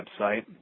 website